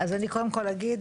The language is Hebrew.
אז אני קודם כל אגיד,